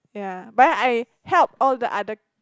yeah but then I help all the other